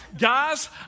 Guys